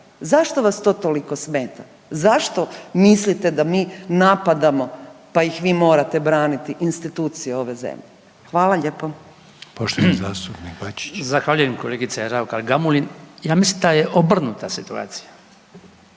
Zašto vas to toliko smeta? Zašto mislite da mi napadamo pa ih vi morate braniti institucije ove zemlje? Hvala lijepo. **Reiner, Željko (HDZ)** Poštovani zastupnik Bačić. **Bačić, Branko (HDZ)** Zahvaljujem kolegice Rukar Gamulin. Ja mislim da je obrnuta situacija.